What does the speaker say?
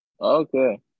Okay